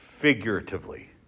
figuratively